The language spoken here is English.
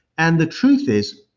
and the truth is,